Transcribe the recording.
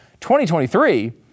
2023